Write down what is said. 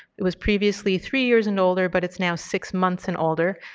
it was previously three years and older, but it's now six months and older.